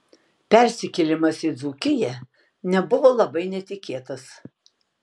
persikėlimas į dzūkiją nebuvo labai netikėtas